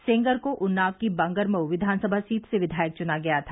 सेंगर को उन्नाव की बांगरमऊ विधानसभा सीट से विधायक चुना गया था